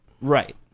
Right